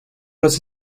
los